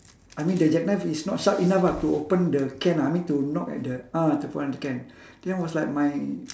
I mean the jackknife is not sharp enough ah to open the can ah I mean to knock at the uh to open up the can then it was like my